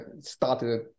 started